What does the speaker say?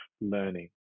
learning